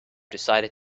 decided